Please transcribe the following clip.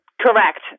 Correct